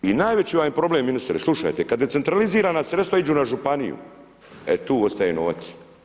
I najveći vam je problem ministre, slušajte, kada decentralizirana sredstva idu na županiju, e tu ostaje novac.